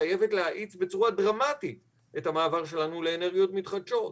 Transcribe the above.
חייבת להאיץ בצורה דרמטית את המעבר שלנו לאנרגיות מתחדשות.